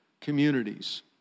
communities